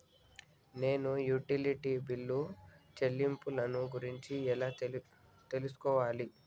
నేను utility bill చెల్లింపులను గురించి ఎలా తెలుసుకోవాలి?